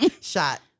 Shot